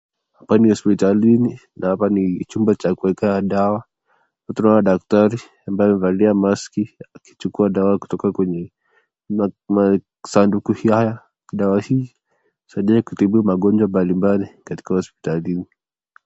Hapa ni hospitalini, na hapa ni chumba cha kuweka dawa, tunaona daktari ambayo amevalia maski, akichukua dawa kutoka kwenye masaduku haya ,dawa hii husaidia kutibu magonjwa mbali mbali kutoka hospitalini.